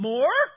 More